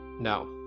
No